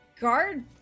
guard